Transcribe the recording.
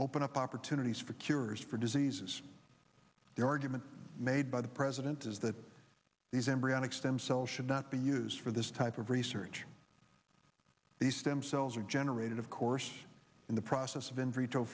open up opportunities for cures for diseases the argument made by the president is that these embryonic stem cells should not be used for this type of research these stem cells are generated of course in the process of in